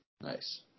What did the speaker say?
Nice